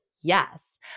Yes